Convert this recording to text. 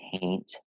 paint